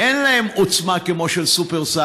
שאין להם עוצמה כמו השופרסל,